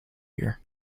here